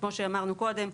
שכמו שאמרו קודם,